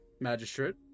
Magistrate